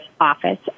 office